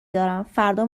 دارم، فردا